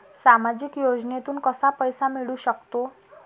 सामाजिक योजनेतून कसा पैसा मिळू सकतो?